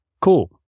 cool